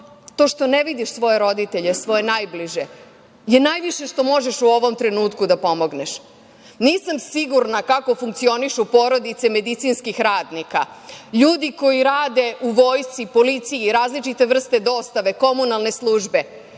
što ne vidiš svoje roditelje, svoje najbliže, je najviše što možeš u ovom trenutku da pomogneš. Nisam sigurna kako funkcionišu porodice medicinskih radnika, ljudi koji rade u vojsci, policiji, različite vrste dostava, komunalne službe,